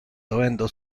dovendo